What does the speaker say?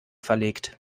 verlegt